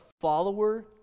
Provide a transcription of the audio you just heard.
follower